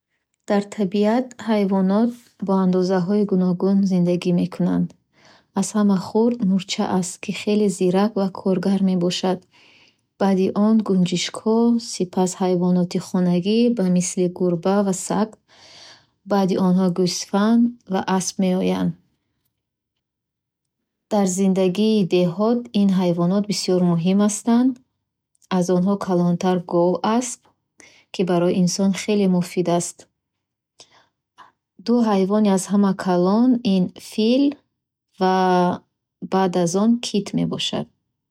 Дар табиат ҳайвонот бо андозаҳои гуногун зиндагӣ мекунанд. Аз ҳама хурд мурча аст, ки хеле зирак ва коргар мебошад. Баъди он гунҷигкҳо. Сипас, ҳайвоноти хонагӣ ба мисли гурба ва саг. Баъди онҳо гӯсфанд ва асп меоянд. Дар зиндагии деҳот нақши муҳим доранд. Аз онҳо калонтар гов аст, ки барои инсон хеле муфид аст. Ду ҳайвони аз ҳама калон ин аввал фил ва баъд аз он кит мебошад.